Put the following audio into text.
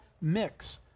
mix